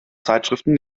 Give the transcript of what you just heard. zeitschriften